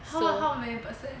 how how many person